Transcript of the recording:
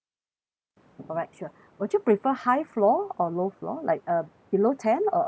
alright sure would you prefer high floor or low floor like uh below ten or above ten